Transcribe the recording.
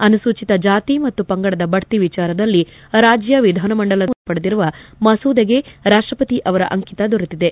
ಅನುಸೂಚಿತ ಜಾತಿ ಮತ್ತು ಪಂಗಡದ ಬಡ್ತಿ ವಿಚಾರದಲ್ಲಿ ರಾಜ್ಯ ವಿಧಾನಮಂಡಲದಲ್ಲಿ ಅನುಮೋದನೆ ಪಡೆದಿರುವ ಮಸೂದೆಗೆ ರಾಷ್ಷಸತಿ ಅವರ ಅಂಖಿತ ದೊರೆತಿದೆ